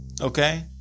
Okay